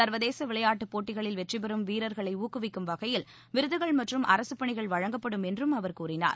சர்வதேச விளையாட்டுப் போட்டிகளில் வெற்றிபெறும் வீரர்களை ஊக்குவிக்கும் வகையில் விருதுகள் மற்றும் அரசு பணிகள் வழங்கப்படும் என்றும் அவர் கூறினார்